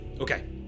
Okay